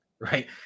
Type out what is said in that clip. Right